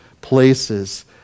places